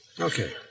Okay